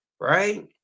right